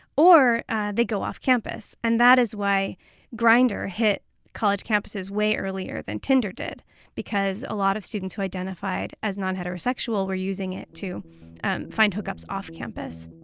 or they go off campus and that is why grindr hit college campuses way earlier than tinder did because a lot of students who identified as non-heterosexual were using it to find hookups off campus